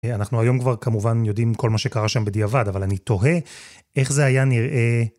אנחנו היום כבר כמובן יודעים כל מה שקרה שם בדיעבד, אבל אני תוהה איך זה היה נראה...